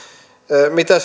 mitä